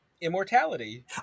Immortality